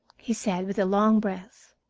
he said, with a long breath.